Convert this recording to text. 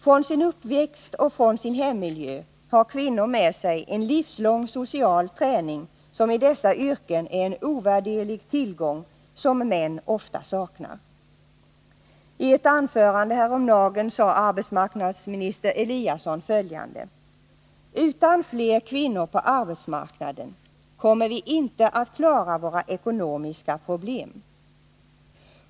Från sin uppväxt och från sin hemmiljö har kvinnor med sig en livslång social träning som i dessa yrken är en ovärderlig tillgång, som män ofta saknar. I ett anförande häromdagen sade arbetsmarknadsministern Eliasson följande: ”Utan fler kvinnor på arbetsmarknaden kommer vi inte att klara våra ekonomiska problem.